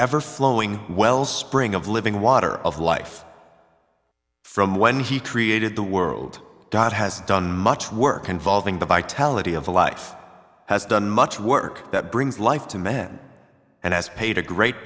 ever flowing wellspring of living water of life from when he created the world dot has done much work involving the vitality of life has done much work that brings life to men and has paid a great